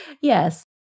yes